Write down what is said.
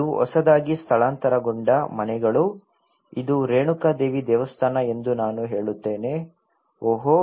ಇದು ಹೊಸದಾಗಿ ಸ್ಥಳಾಂತರಗೊಂಡ ಮನೆಗಳು ಇದು ರೇಣುಕಾ ದೇವಿ ದೇವಸ್ಥಾನ ಎಂದು ನಾನು ಹೇಳುತ್ತೇನೆ ಓಹ್